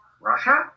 russia